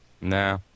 Nah